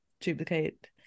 duplicate